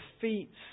defeats